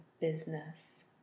business